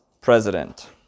President